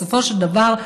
בסופו של דבר,